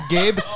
Gabe